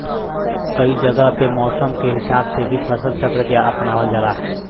कई जगह पे मौसम के हिसाब से भी फसल चक्र के अपनावल जाला